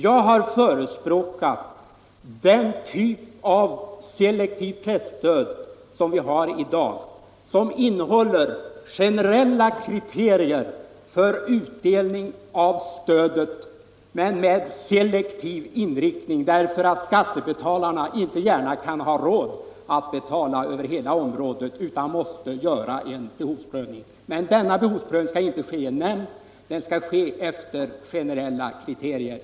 Jag har förespråkat den typ av selektivt presstöd som vi har i dag, som innehåller generella kriterier för utdelning av stödet men med selektiv inriktning. Skattebetalarna kan nämligen inte gärna ha råd att betala över hela området, utan man måste göra en behovsprövning. Men denna behovsprövning skall inte ske i en nämnd, den skall ske efter generella kriterier.